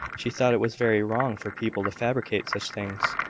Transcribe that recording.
she thought it was very wrong for people to fabricate such things,